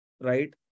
Right